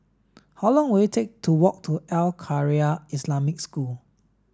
how long will it take to walk to Al Khairiah Islamic School